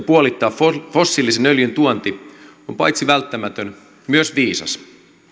puolittaa fossiilisen öljyn tuonti on paitsi välttämätön myös viisas